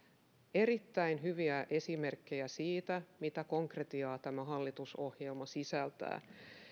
erittäin hyviä esimerkkejä siitä mitä konkretiaa tämä hallitusohjelma sisältää